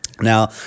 Now